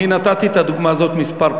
אני נתתי את הדוגמה הזאת כמה פעמים.